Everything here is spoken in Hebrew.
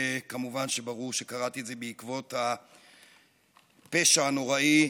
וכמובן שברור שקראתי את זה בעקבות הפשע הנוראי,